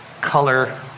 color